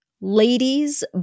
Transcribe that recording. ladies